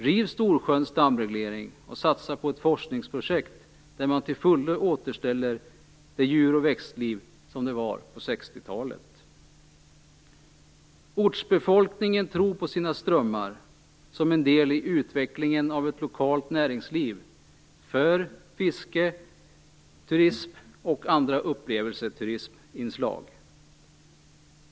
Riv Storsjöns dammreglering och satsa på ett forskningsprojekt, där man till fullo återställer det djur och växtliv som fanns på 60-talet! Ortsbefolkningen tror på sina strömmar som en del i utvecklingen av ett lokalt näringsliv, för fisketurism och andra upplevelseturisminslag.